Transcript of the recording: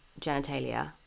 genitalia